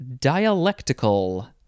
dialectical